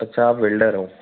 अच्छा आप वेल्डर हो